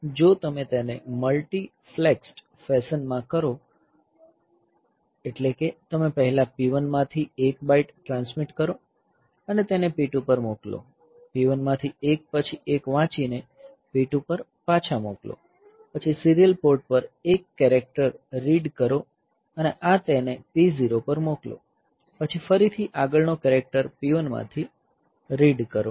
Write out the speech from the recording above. તેથી જો તમે તેને મલ્ટી ફ્લેક્સ્ડ ફેશન માં કરો તો એટલે કે તમે પહેલા P1 માંથી 1 બાઈટ ટ્રાન્સમિટ કરો અને તેને P2 પર મોકલો P1 માંથી 1 પછી એક વાંચીને P2 પર મોકલો પછી સીરીયલ પોર્ટ પર એક કેરેક્ટર રીડ કરો અને આ તેને P0 પર મોકલો પછી ફરીથી આગળનો કેરેક્ટર P1 માંથી રીડ કરો